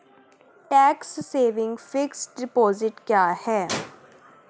Tax saving fixed deposit क्या है?